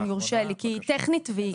אם יורשה לי כי היא טכנית והיא חשובה.